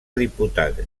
diputat